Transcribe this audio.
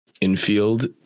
infield